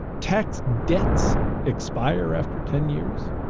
tax debts expire after ten years.